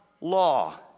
law